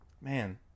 man